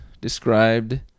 described